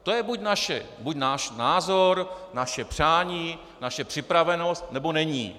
To je buď náš názor, naše přání, naše připravenost, nebo není.